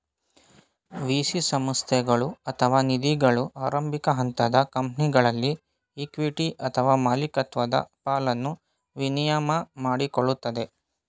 VC ಸಂಸ್ಥೆಗಳು ಅಥವಾ ನಿಧಿಗಳು ಆರಂಭಿಕ ಹಂತದ ಕಂಪನಿಗಳಲ್ಲಿ ಇಕ್ವಿಟಿ ಅಥವಾ ಮಾಲಿಕತ್ವದ ಪಾಲನ್ನ ವಿನಿಮಯ ಮಾಡಿಕೊಳ್ಳುತ್ತದೆ